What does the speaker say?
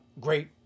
great